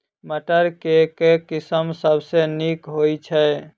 मटर केँ के किसिम सबसँ नीक होइ छै?